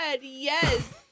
yes